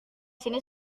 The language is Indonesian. sini